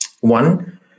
One